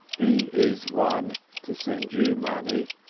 he is one to send you money,